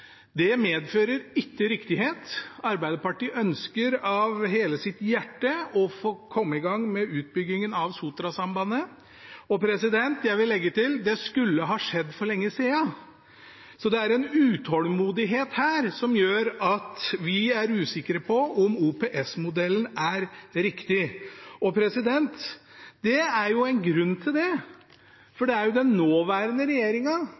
Det medfører ikke riktighet. Arbeiderpartiet ønsker av hele sitt hjerte å få komme i gang med utbyggingen av Sotrasambandet, og jeg vil legge til: Det skulle ha skjedd for lenge siden. Så det er en utålmodighet her, som gjør at vi er usikre på om OPS-modellen er riktig, og det er jo en grunn til det.